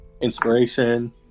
inspiration